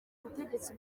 ubutegetsi